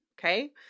Okay